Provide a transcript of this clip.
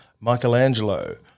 Michelangelo